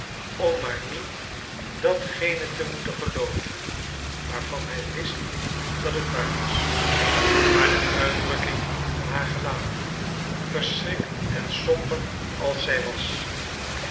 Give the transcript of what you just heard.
om maar niet datgene te moeten gelooven waarvan hij wist dat het waar was maar de uitdrukking van haar gelaat verschrikt en somber als zij was